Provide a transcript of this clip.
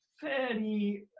fairly